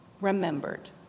remembered